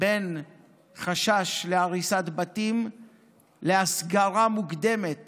בין חשש מהריסת בתים להסגרה מוקדמת